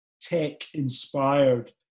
tech-inspired